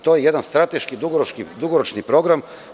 To je jedan strateški dugoročni program.